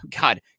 God